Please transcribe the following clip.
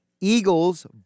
Eagles